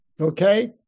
okay